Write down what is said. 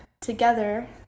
together